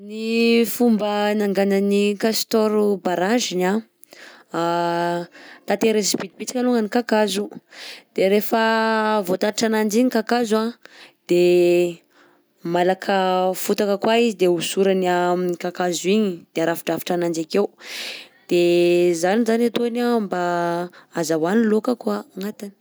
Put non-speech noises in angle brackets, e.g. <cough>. Ny fomba ananganan'ny castor barage-ny anh, <hesitation> tateriny sibitibitika alongany ny kakazo de rehefa voatatitra ananjy igny kakazo anh de malaka fotaka koa izy de hosorany am'kakazo igny de arafidrafitrananjy akeo, de zany zany ataony anh mba azahoany laoka koa agnatiny.